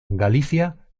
galicia